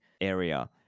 area